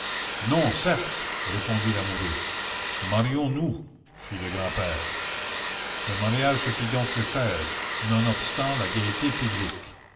non certes répondit l'amoureux marions nous fit le grand-père le mariage se fit donc le nonobstant la gaîté publique